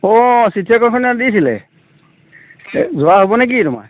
অ' চিঠি একোখন দিছিলে যোৱা হ'বনে কি তোমাৰ